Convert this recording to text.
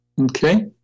okay